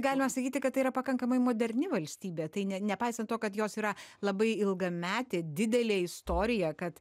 galima sakyti kad tai yra pakankamai moderni valstybė tai ne nepaisant to kad jos yra labai ilgametė didelė istorija kad